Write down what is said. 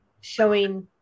showing